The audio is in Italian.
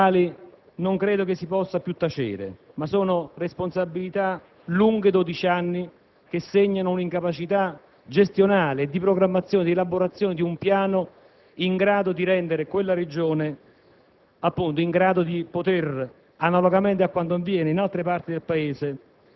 Campania. Ci sono sicuramente delle gravi responsabilità, sulle quali non credo che si possa più tacere, ma sono responsabilità lunghe dodici anni, che segnano un'incapacità gestionale di programmazione e di elaborazione di un piano